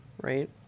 Right